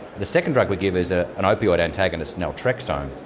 the second drug we give is ah an opioid antagonist naltrexone.